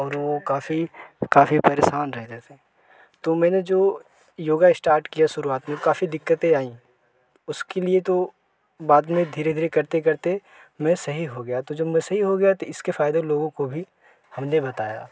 और वो काफी काफी परेशान रहते थे तो मैंने जो योग स्टार्ट किया शुरुआत में काफी दिक्कते आईं उसके लिए तो बाद में धीरे धीरे करते करते मैं सही हो गया तो जब मैं सही हो गया तो इसके फ़ायदे लोगों को भी हमने बताया